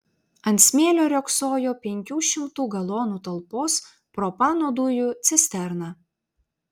ant smėlio riogsojo penkių šimtų galonų talpos propano dujų cisterna